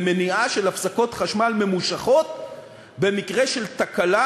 למניעה של הפסקות חשמל ממושכות במקרה של תקלה,